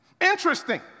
Interesting